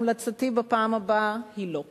המלצתי בפעם הבאה היא: לא.